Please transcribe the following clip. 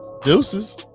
Deuces